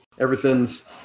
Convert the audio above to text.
Everything's